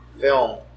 film